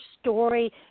story